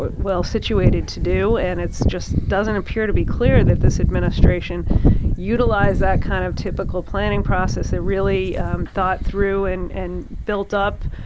well situated to do. and it's just doesn't appear to be clear that this administration utilized that kind of typical planning process. they really thought through and and built up,